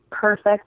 perfect